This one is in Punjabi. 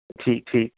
ਠੀਕ ਠੀਕ